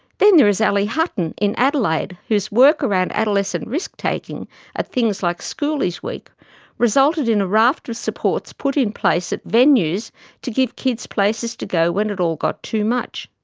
then there is ally hutton in adelaide whose work around adolescent risk taking at things like schoolies week resulted in a raft of supports put in place at venues to give the kids places to go when it all got too much.